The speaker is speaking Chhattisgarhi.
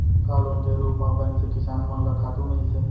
का लोन के रूप मा बैंक से किसान मन ला खातू मिलथे?